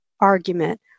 argument